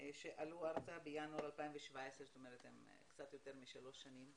שעלו ארצה בינואר 2017. הם בארץ קצת יותר משלוש שנים.